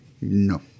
No